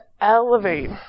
elevate